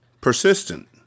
Persistent